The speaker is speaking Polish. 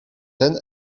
ten